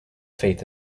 faith